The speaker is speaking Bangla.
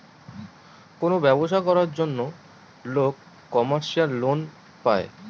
কোনো ব্যবসা করার জন্য লোক কমার্শিয়াল লোন পায়